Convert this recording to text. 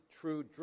true